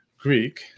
Greek